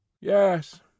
Yes